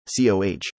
COH